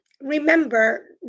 remember